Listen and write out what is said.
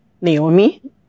Naomi